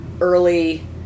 early